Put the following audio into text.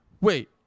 wait